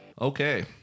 Okay